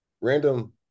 random